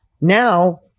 Now